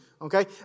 okay